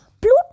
Pluto